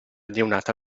neonata